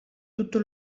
tutto